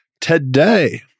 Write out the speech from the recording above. Today